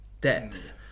depth